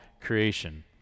creation